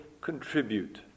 contribute